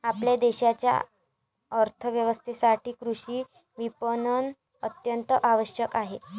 आपल्या देशाच्या अर्थ व्यवस्थेसाठी कृषी विपणन अत्यंत आवश्यक आहे